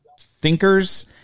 thinkers